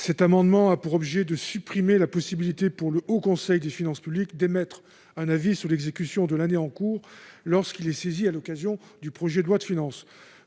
Cet amendement a pour objet de supprimer la possibilité pour le Haut Conseil des finances publiques d'émettre un avis sur l'exécution de l'année en cours, lorsqu'il est saisi à l'occasion du projet de loi de finances.